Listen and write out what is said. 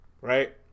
Right